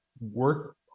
work